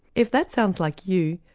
if that sounds like you,